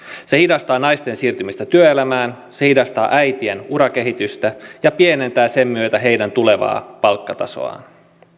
se hidastaa naisten siirtymistä työelämään se hidastaa äitien urakehitystä ja pienentää sen myötä heidän tulevaa palkkatasoaan